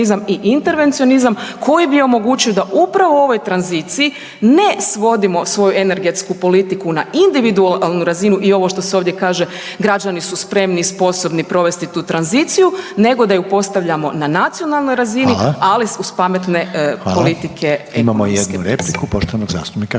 (HDZ)** Imamo jednu repliku poštovanog zastupnika